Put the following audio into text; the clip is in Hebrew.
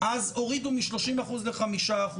הורידו מ-30% ל-5%.